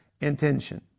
intention